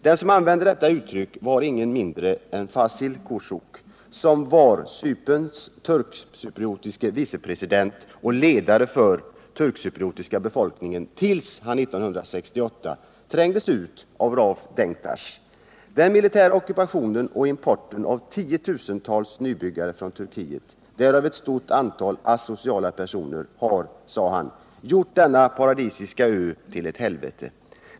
Den som använde detta uttryck var ingen mindre än Fazil Kuchuk, som var Cyperns turkcypriotiske vicepresident och ledare för den turkcypriotiska befolkningen tills han 1968 trängdes ut av Rauf Denktash. Den militära ockupationen och importen av tiotusentals nybyggare från Turkiet, därav ett stort antal asociala personer, har, sade han, ”gjort denna paradisiska ö till ett helvete”.